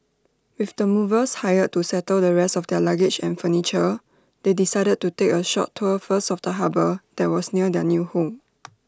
with the movers hired to settle the rest of their luggage and furniture they decided to take A short tour first of the harbour that was near their new home